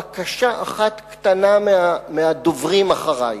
בקשה אחת קטנה מהדוברים אחרי,